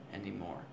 anymore